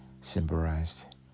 symbolized